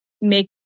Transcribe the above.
make